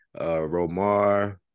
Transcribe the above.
Romar